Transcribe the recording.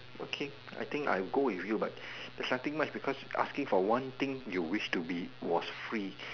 okay I think I will go with you but there's nothing much because it said one thing you wish to be was free